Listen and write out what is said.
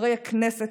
חברי הכנסת,